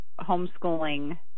homeschooling